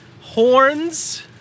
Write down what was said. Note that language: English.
horns